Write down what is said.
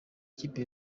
ikipe